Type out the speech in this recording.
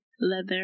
leather